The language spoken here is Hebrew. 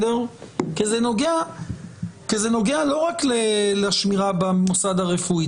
כי זה נוגע לא רק לשמירה במוסד הרפואי,